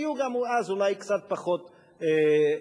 יהיו אז אולי קצת פחות אי-הבנות.